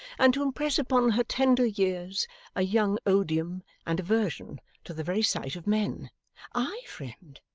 and to impress upon her tender years a young odium and aversion to the very sight of men ay, friend,